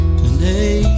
today